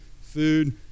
food